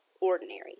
ordinary